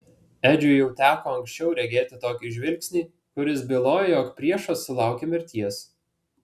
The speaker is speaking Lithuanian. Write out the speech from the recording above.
edžiui jau teko anksčiau regėti tokį žvilgsnį kuris bylojo jog priešas sulaukė mirties